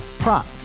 Prop